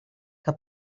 que